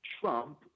Trump